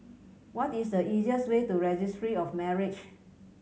what is the easiest way to Registry of Marriage